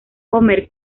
homer